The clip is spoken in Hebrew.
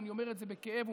ואני אומר את זה בכאב ומסיים,